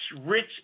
rich